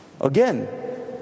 again